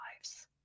lives